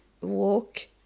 walk